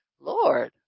Lord